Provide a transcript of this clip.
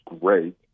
great